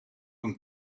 een